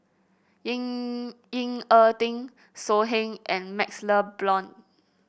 Ying Ying a Ding So Heng and MaxLe Blond